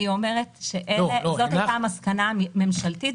אני אומרת שזאת המסקנה הממשלתית,